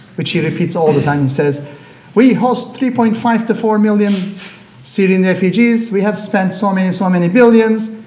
which he repeats all the time. he says we host three point five four million syrian refugees. we have spent so many, so many billions.